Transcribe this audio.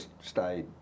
stayed